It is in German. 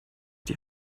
die